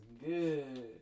good